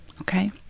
Okay